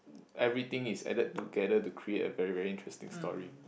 everything is added together to create a very very interesting story